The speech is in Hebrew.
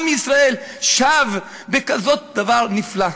עם ישראל שב, וכזה דבר נפלא.